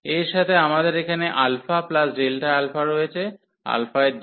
এর সাথে আমাদের এখানে α Δα রয়েছে α এর জন্য